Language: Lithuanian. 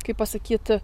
kaip pasakyt